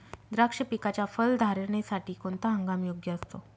द्राक्ष पिकाच्या फलधारणेसाठी कोणता हंगाम योग्य असतो?